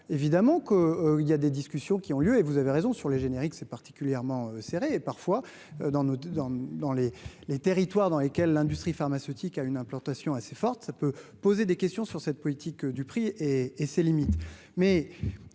évidemment que, il y a des discussions qui ont lieu et vous avez raison sur les génériques, c'est particulièrement serré et parfois dans nos dans dans les les territoires dans lesquels l'industrie pharmaceutique à une implantation assez forte, ça peut poser des questions sur cette politique du prix et et ses limites,